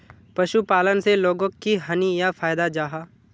पशुपालन से लोगोक की हानि या फायदा जाहा?